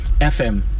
FM